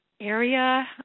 area